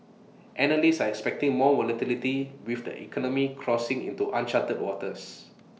analysts are expecting more volatility with the economy crossing into uncharted waters